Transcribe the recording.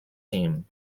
team